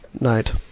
night